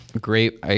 Great